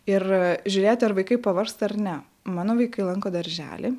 ir žiūrėti ar vaikai pavargsta ar ne mano vaikai lanko darželį